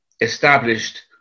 established